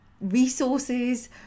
resources